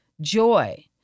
joy